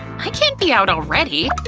i can't be out already!